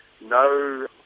no